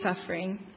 suffering